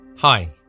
Hi